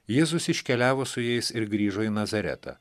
jėzus iškeliavo su jais ir grįžo į nazaretą